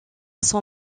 son